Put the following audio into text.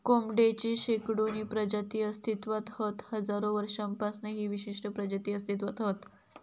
कोंबडेची शेकडोनी प्रजाती अस्तित्त्वात हत हजारो वर्षांपासना ही विशिष्ट प्रजाती अस्तित्त्वात हत